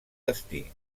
destí